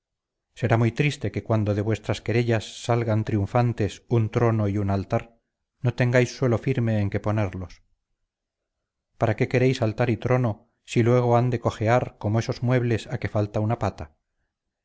campos será muy triste que cuando de vuestras querellas salgan triunfantes un trono y un altar no tengáis suelo firme en que ponerlos para qué queréis altar y trono si luego han de cojear como esos muebles a que falta una pata